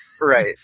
Right